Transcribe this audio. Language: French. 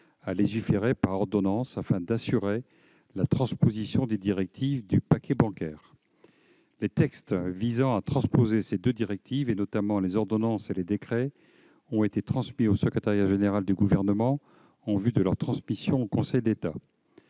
légiférer par ordonnance afin d'assurer la transposition des directives du paquet bancaire. Les textes visant à transposer ces deux directives, notamment les ordonnances et les décrets, ont été transmis au secrétariat général du Gouvernement en vue de leur transmission au Conseil d'État.